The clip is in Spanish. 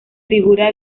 figura